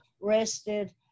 rested